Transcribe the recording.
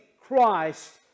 christ